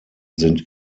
sind